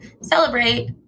celebrate